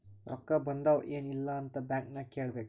ರೊಕ್ಕಾ ಬಂದಾವ್ ಎನ್ ಇಲ್ಲ ಅಂತ ಬ್ಯಾಂಕ್ ನಾಗ್ ಕೇಳಬೇಕ್